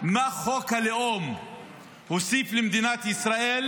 מה חוק הלאום הוסיף למדינת ישראל,